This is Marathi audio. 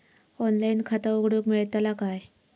ऑनलाइन खाता उघडूक मेलतला काय?